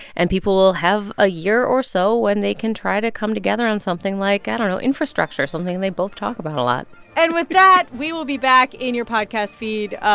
and people will have a year or so when they can try to come together on something like i don't know infrastructure, something they both talk about a lot and with that, we will be back in your podcast feed